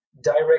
Direct